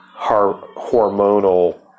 hormonal